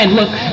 look